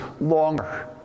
longer